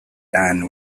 done